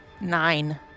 Nine